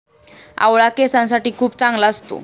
आवळा केसांसाठी खूप चांगला असतो